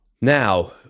Now